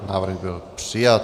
Návrh byl přijat.